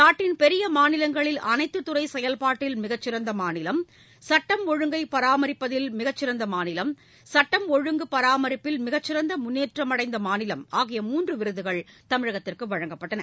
நாட்டின் பெரிய மாநிலங்களில் அனைத்து துறை செயல்பாட்டில் மிகச்சிறந்த மாநிலம் சட்டம் ஒழுங்கை பராமரித்ததில் மிகச்சிறந்த மாநிலம் சட்டம் ஒழுங்கு பராமரிப்பில் மிகச்சிறந்த முன்னேற்றமடைந்த மாநிலம் ஆகிய மூன்று விருதுகள் தமிழகத்திற்கு வழங்கப்பட்டன